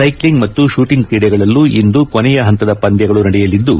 cycling ಮತ್ತು ಕೂಟಿಂಗ್ ಕ್ರೀಡೆಗಳಲ್ಲೂ ಇಂದು ಕೊನೆಯ ಹಂತದ ಪಂದ್ಲಗಳು ನಡೆಯಲಿದ್ದು